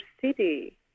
city